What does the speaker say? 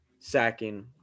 sacking